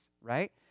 right